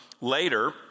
later